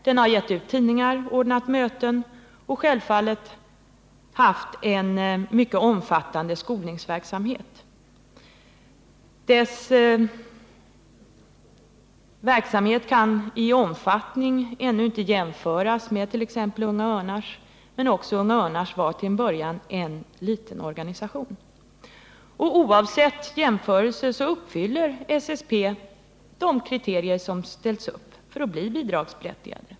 Den har gett ut tidningar, ordnat möten och haft en mycket omfattande skolningsverksamhet. Självfallet kan dess verksamhet i omfattning ännu inte jämföras med exempelvis Unga örnars, men också Unga örnar var till en början en liten organisation. Oavsett jämförelser uppfyller SSP de kriterier som uppställts för att en organisation skall bli bidragsberättigad.